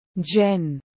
Jen